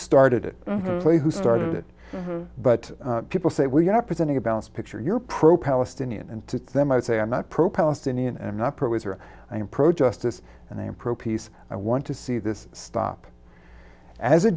started it but who started it but people say well you're not presenting a balanced picture you're pro palestinian and to them i say i'm not pro palestinian i'm not pro israel i'm pro justice and i'm pro peace i want to see this stop as a